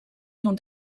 dont